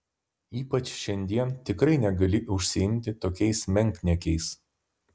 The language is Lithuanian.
ypač šiandien tikrai negali užsiimti tokiais menkniekiais